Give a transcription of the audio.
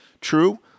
true